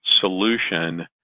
solution